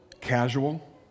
casual